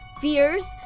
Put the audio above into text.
fears